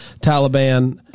Taliban